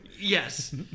Yes